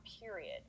period